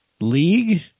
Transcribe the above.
league